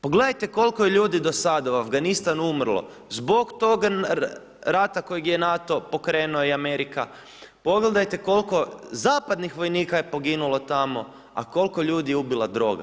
Pogledajte kol'ko je ljudi do sada u Afganistan umrlo zbog toga rata kojeg je NATO pokrenuo i Amerika, pogledajte kol'ko zapadnih vojnika je poginula tamo, a kol'ko ljudi je ubila droga?